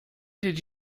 did